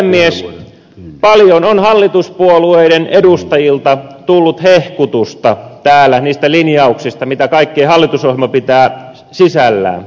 paljon on hallituspuolueiden edustajilta tullut hehkutusta täällä niistä linjauksista mitä kaikkea hallitusohjelma pitää sisällään